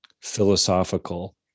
philosophical